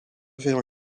veel